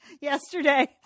Yesterday